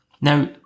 Now